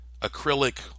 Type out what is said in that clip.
acrylic